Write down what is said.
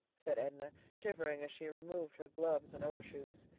said edna, shivering as she removed her gloves and overshoes.